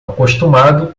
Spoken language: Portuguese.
acostumados